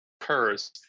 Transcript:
occurs